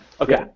Okay